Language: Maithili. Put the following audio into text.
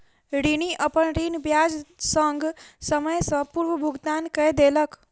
ऋणी, अपन ऋण ब्याज संग, समय सॅ पूर्व भुगतान कय देलक